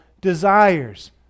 desires